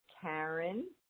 Karen